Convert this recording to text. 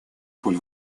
роль